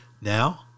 Now